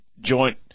joint